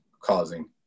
causing